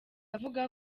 avuga